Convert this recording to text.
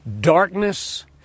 Darkness